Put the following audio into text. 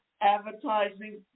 advertising